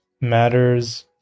Matters